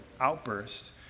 outburst